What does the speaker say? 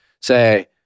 say